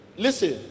Listen